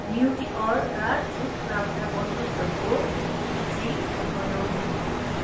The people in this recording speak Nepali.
न्युट्रिअर्गका छुटप्राप्त वस्तुहरूको सूची बनाउनुहोस्